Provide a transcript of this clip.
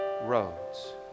roads